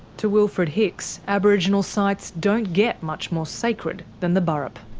to wilfred hicks, aboriginal sites don't get much more sacred than the burrup.